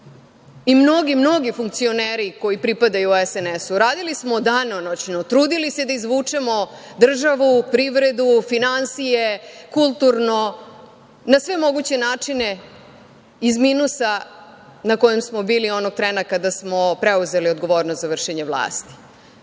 i mnogi, mnogi funkcioneri koji pripadaju SNS radili smo danonoćno, trudili se da izvučemo državu, privredu, finansije, kulturno, na sve moguće načine iz minusa na kojem smo bili onog trena kada smo preuzeli odgovornost za vršenje vlasti.